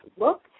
look